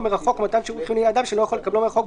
מרחוק או מתן שירות חיוני לאדם שלא יכול לקבלו מרחוק,